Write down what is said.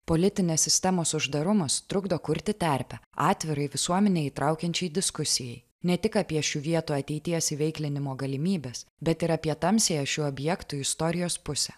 politinės sistemos uždarumas trukdo kurti terpę atvirai visuomenę įtraukiančiai diskusijai ne tik apie šių vietų ateities įveiklinimo galimybes bet ir apie tamsiąją šių objektų istorijos pusę